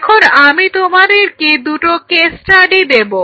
এখন আমি তোমাদেরকে দুটো কেস স্টাডি দেব